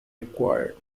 required